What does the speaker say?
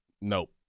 Nope